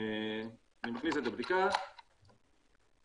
אני מכניס את הבדיקה למכשיר,